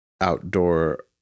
outdoor